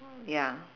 ya